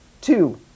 two